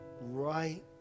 right